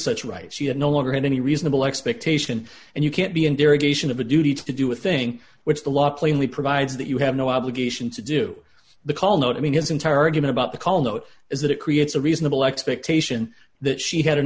such right she had no longer had any reasonable expectation and you can't be an derogation have a duty to do a thing which the law plainly provides that you have no obligation to do the call no i mean his entire argument about the call note is that it creates a reasonable expectation that she had an